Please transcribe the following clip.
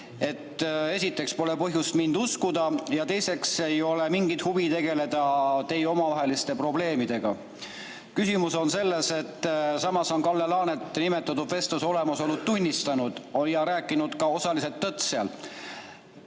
et esiteks pole teil põhjust mind uskuda ja teiseks ei ole teil mingit huvi tegeleda meie omavaheliste probleemidega. Küsimus on selles, et Kalle Laanet on nimetatud vestluse olemasolu tunnistanud ja rääkinud osaliselt tõtt ja